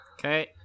okay